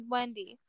Wendy